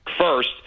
first